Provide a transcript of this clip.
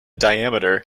diameter